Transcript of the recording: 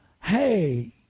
Hey